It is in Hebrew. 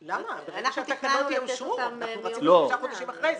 --- אז שלושה חודשים אחרי זה,